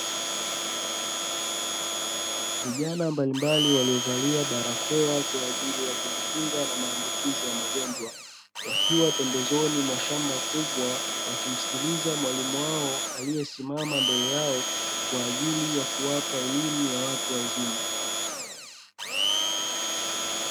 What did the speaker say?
Vijana mbalimbali waliovalia barakoa kwa ajili ya kujikinga na maambukizi ya magonjwa, wakiwa pembezoni mwa shamba kubwa wakimsikiliza mwalimu wao aliyesimama mbele yao kwa ajili ya kuwapa elimu ya watu wazima.